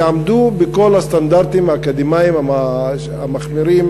עמדו בכל הסטנדרטים האקדמיים המחמירים